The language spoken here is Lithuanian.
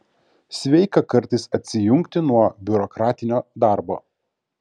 sveika kartais atsijungti nuo biurokratinio darbo